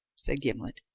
said gimblet.